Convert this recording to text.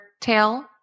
tail